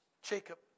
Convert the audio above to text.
Jacob